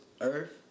Earth